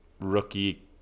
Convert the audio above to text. rookie